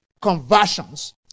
conversions